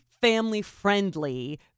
family-friendly